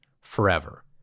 forever